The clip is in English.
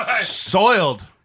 Soiled